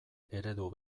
eredu